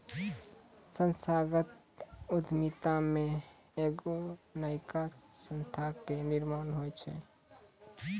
संस्थागत उद्यमिता मे एगो नयका संस्था के निर्माण होय छै